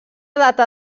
data